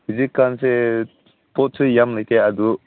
ꯍꯧꯖꯤꯛꯀꯥꯟꯁꯦ ꯄꯣꯠꯁꯨ ꯌꯥꯝ ꯂꯩꯇꯦ ꯑꯗꯨ